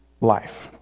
life